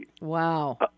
Wow